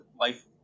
life